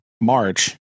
March